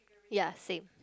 ya same